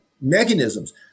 mechanisms